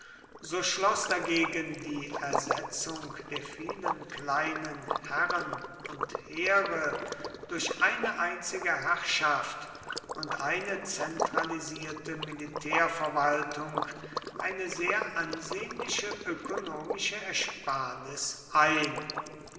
so schloß dagegen die ersetzung der vielen kleinen herren und heere durch eine einzige herrschaft und eine zentralisierte militärverwaltung eine sehr ansehnliche ökonomische ersparnis ein